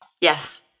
Yes